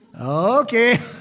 Okay